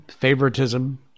favoritism